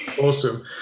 awesome